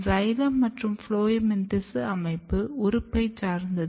xylem மற்றும் ஃபுளோயமின் திசு அமைப்பு உறுப்பைச் சார்ந்தது